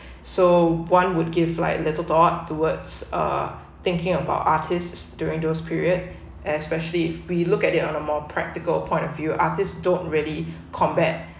so one would give like little thought towards uh thinking about artists during those period especially if we look at it on a more practical point of view artist don't really combat